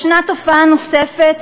יש תופעה נוספת,